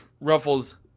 ruffles